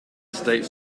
state